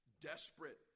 desperate